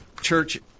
church